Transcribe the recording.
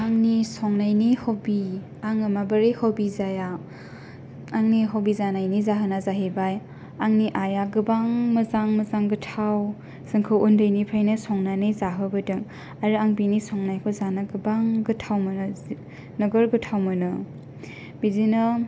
आंनि संनायनि हबि आङो माबोरै हबि जाया आंनि हबि जानायनि जाहोना जाहैबाय आंनि आइया गोबां मोजां मोजां गोथाव जोंखौ उन्दैनिफ्रायनो संनानै जाहो बोदों आरो आङो बिनि संनायखौ जानो गोबां गोथाव मोनो जि नोगोर गोथाव मोनो बिदिनो